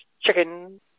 Chicken